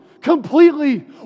completely